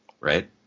right